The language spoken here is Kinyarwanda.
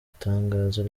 itangazo